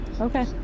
Okay